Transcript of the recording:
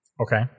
Okay